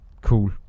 cool